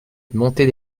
montée